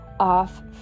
off